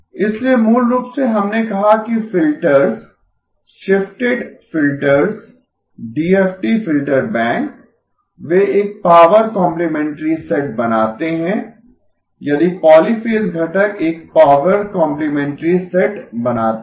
इसलिए मूल रूप से हमने कहा कि filters shifted filters DFT filter bank वे एक पॉवर कॉम्प्लिमेंटरी सेट बनाते हैं यदि पॉलीफ़ेज़ घटक एक पॉवर कॉम्प्लिमेंटरी सेट बनाते हैं